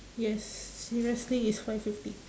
yes seriously it's five fifty